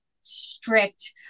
strict